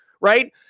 right